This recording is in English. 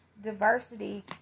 diversity